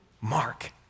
Mark